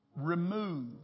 Remove